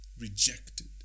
rejected